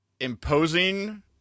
imposing